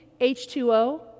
H2O